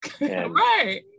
Right